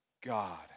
God